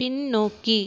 பின்னோக்கி